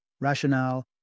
rationale